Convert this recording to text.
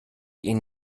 ihn